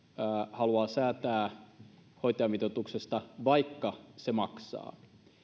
haluaa säätää hoitajamitoituksesta vaikka se maksaa